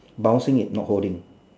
bouncing it not holding